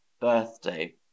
birthday